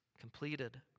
completed